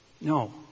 No